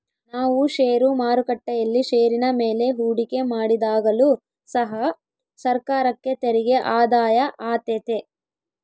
ನಾವು ಷೇರು ಮಾರುಕಟ್ಟೆಯಲ್ಲಿ ಷೇರಿನ ಮೇಲೆ ಹೂಡಿಕೆ ಮಾಡಿದಾಗಲು ಸಹ ಸರ್ಕಾರಕ್ಕೆ ತೆರಿಗೆ ಆದಾಯ ಆತೆತೆ